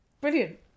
brilliant